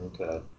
Okay